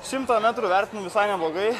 šimtą metrų vertinu visai neblogai